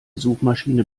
suchmaschiene